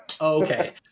Okay